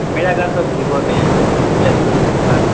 میرا گھر تو بھیگو میں ہے ملٹ کالج کے پاس